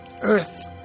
Earth